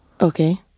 Okay